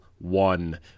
one